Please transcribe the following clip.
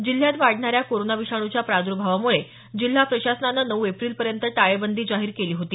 जिल्ह्यात वाढणाऱ्या कोरोना विषाणूच्या प्रादर्भावामुळे जिल्हा प्रशासनानं नऊ एप्रिलपर्यंत टाळेबंदी जाहीर केली होती